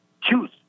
choose